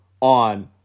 on